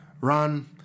Run